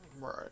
Right